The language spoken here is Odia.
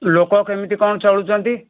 ଲୋକ କେମିତି କ'ଣ ଚଳୁଛନ୍ତି